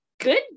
Good